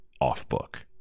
off-book